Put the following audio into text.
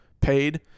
paid